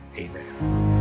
Amen